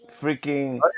Freaking